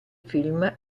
film